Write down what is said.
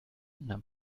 nahm